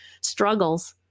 struggles